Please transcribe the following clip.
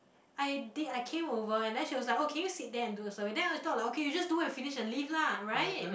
I did I came over and then she was like oh can you sit there and do the survey then I thought was like you just do and finish and leave lah right